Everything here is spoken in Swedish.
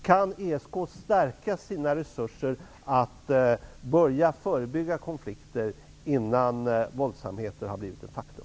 Kan ESK stärka sina resurser för att förebygga konflikter innan våldsamheter har blivit ett faktum?